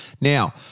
Now